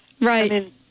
Right